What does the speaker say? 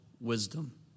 wisdom